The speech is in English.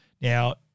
Now